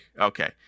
Okay